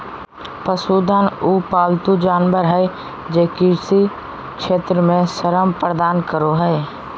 पशुधन उ पालतू जानवर हइ जे कृषि क्षेत्र में श्रम प्रदान करो हइ